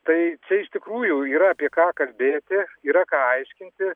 tai čia iš tikrųjų yra apie ką kalbėti yra ką aiškinti